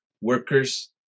workers